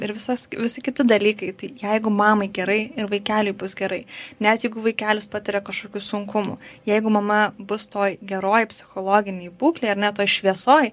ir visas visi kiti dalykai tai jeigu mamai gerai ir vaikeliui bus gerai net jeigu vaikelis patiria kažkokių sunkumų jeigu mama bus toj geroj psichologinėj būklėj ar ne toj šviesoj